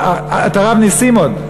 את הרב נסים עוד.